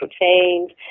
change